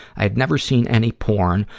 i'd never seen any porn,